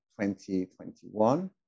2021